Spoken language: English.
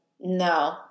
no